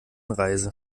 reise